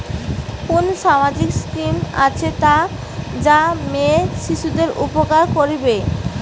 কুন সামাজিক স্কিম আছে যা মেয়ে শিশুদের উপকার করিবে?